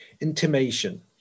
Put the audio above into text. intimation